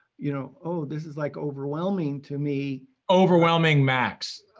you know, oh, this is like, overwhelming to me overwhelming max,